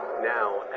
now